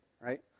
right